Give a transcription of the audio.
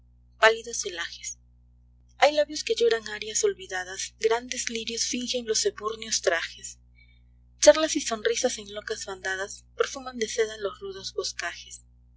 pálidos celajes hay labios que lloran arias olvidadas grandes lirios fingen los ebúrneos trajes charlas y sonrisas en locas bandadas perfuman de seda los rudos